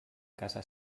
casa